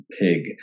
Pig